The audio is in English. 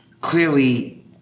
clearly